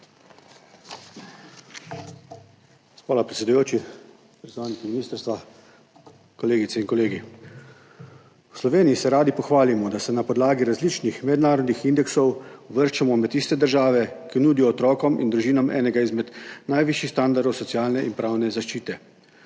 Hvala, predsedujoči. Predstavniki ministrstva, kolegice in kolegi! V Sloveniji se radi pohvalimo, da se na podlagi različnih mednarodnih indeksov uvrščamo med tiste države, ki nudijo otrokom in družinam enega izmed najvišjih standardov socialne in pravne zaščite.